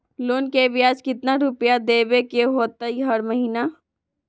Loan के ब्याज कितना रुपैया देबे के होतइ हर महिना?